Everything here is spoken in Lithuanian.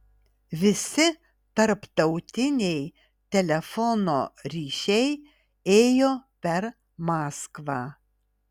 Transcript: visi tarptautiniai telefono ryšiai ėjo per maskvą